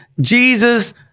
Jesus